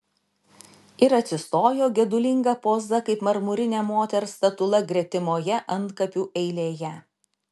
ir atsistojo gedulinga poza kaip marmurinė moters statula gretimoje antkapių eilėje